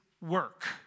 work